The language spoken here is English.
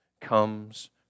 comes